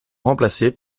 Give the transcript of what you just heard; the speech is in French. remplacés